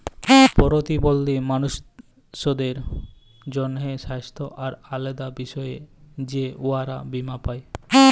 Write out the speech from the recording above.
পরতিবল্ধী মালুসদের জ্যনহে স্বাস্থ্য আর আলেদা বিষয়ে যে উয়ারা বীমা পায়